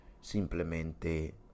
simplemente